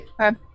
Okay